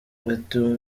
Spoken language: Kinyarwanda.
ati